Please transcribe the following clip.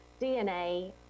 DNA